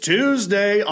Tuesday